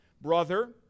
brother